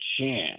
chance